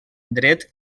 dret